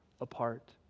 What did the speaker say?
apart